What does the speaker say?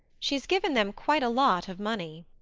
she's given them quite a lot of money.